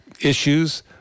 issues